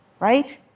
Right